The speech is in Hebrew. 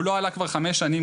הוא לא עלה כבר חמש שנים,